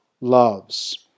loves